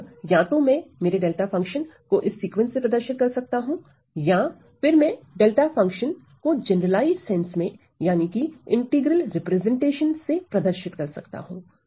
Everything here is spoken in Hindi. अतः या तो मैं मेरे डेल्टा फंक्शन को इस सीक्वेंस से प्रदर्शित कर सकता हूं या फिर मैं डेल्टा फंक्शन को जनरलाइज्ड सेंस में यानी कि इंटीग्रल रिप्रेजेंटेशन से प्रदर्शित कर सकता हूं